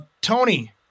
Tony